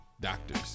doctors